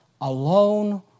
alone